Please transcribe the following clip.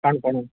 Canacona